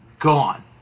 gone